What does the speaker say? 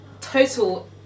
total